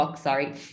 sorry